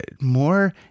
more